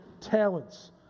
talents